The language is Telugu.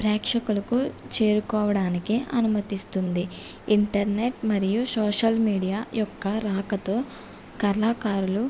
ప్రేక్షకులకు చేరుకోవడానికి అనుమతిస్తుంది ఇంటర్నెట్ మరియు సోషల్ మీడియా యొక్క రాకతో కళాకారులు